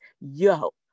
yo